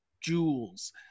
jewels